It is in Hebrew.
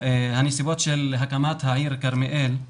הנסיבות של הקמת העיר כרמיאל,